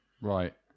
Right